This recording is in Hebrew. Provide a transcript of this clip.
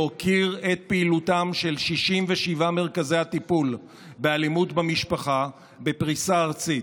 להוקיר את פעילותם של 67 מרכזי הטיפול באלימות במשפחה בפריסה ארצית,